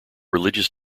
religious